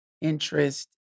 interest